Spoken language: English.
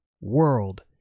world